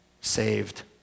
saved